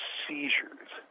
seizures